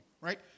right